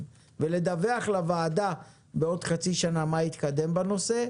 ולדווח לוועדה בעוד חצי שנה מה התקדם בנושא.